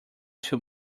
too